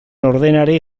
ordenari